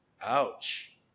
ouch